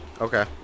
Okay